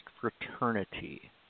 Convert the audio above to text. fraternity